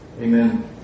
Amen